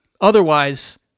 Otherwise